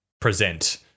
present